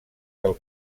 del